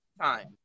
time